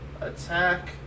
attack